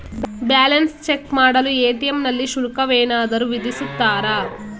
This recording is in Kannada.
ಬ್ಯಾಲೆನ್ಸ್ ಚೆಕ್ ಮಾಡಲು ಎ.ಟಿ.ಎಂ ನಲ್ಲಿ ಶುಲ್ಕವೇನಾದರೂ ವಿಧಿಸುತ್ತಾರಾ?